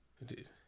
Indeed